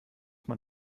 man